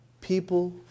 People